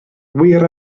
wir